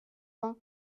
vingt